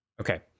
okay